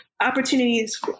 opportunities